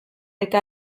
eta